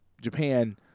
Japan